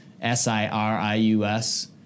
S-I-R-I-U-S